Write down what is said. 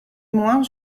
moins